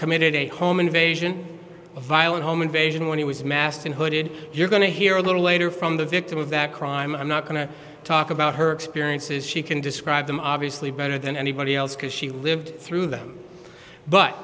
committed a home invasion a violent home invasion when he was massed in hooded you're going to hear a little later from the victim of that crime i'm not going to talk about her experiences she can describe them obviously better than anybody else because she lived through them but